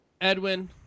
Edwin